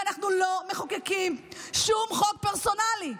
ואנחנו לא מחוקקים שום חוק פרסונלי.